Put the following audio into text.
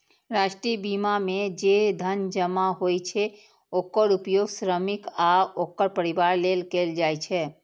राष्ट्रीय बीमा मे जे धन जमा होइ छै, ओकर उपयोग श्रमिक आ ओकर परिवार लेल कैल जाइ छै